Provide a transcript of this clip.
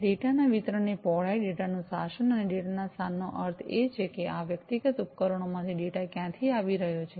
data ના વિતરણની પહોળાઈ ડેટાનું શાસન અને ડેટાના સ્થાન નો અર્થ એ છે કે આ વ્યક્તિગત ઉપકરણોમાંથી ડેટા ક્યાંથી આવી રહ્યો છે